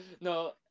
No